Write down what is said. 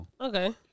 Okay